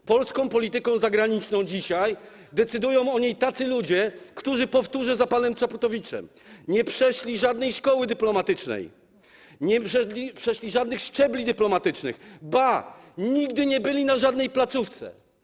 O polskiej polityce zagranicznej decydują dzisiaj tacy ludzie, którzy - powtórzę za panem Czaputowiczem - nie przeszli żadnej szkoły dyplomatycznej, nie przeszli żadnych szczebli dyplomatycznych, ba, nigdy nie byli na żadnej placówce.